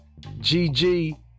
gg